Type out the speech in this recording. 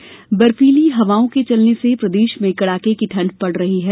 मौसम ठंड बर्फीली हवा के चलने से प्रदेश में कड़ाके की ठंड पड़ रही है